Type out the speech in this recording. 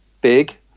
big